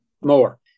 more